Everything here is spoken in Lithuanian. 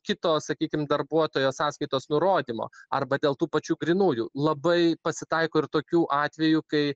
kito sakykim darbuotojo sąskaitos nurodymo arba dėl tų pačių grynųjų labai pasitaiko ir tokių atvejų kai